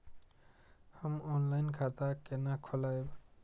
हम ऑनलाइन खाता केना खोलैब?